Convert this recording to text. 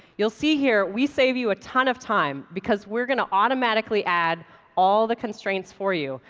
you'll see here we save you a ton of time because we're going to automatically add all the constraints for you,